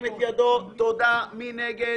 מי נגד?